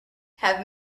have